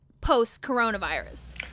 post-coronavirus